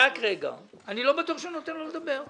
אני לא בטוח שאני נותן לו לדבר.